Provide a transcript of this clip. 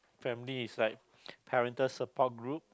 family is like parental support group